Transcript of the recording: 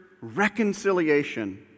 reconciliation